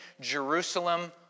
Jerusalem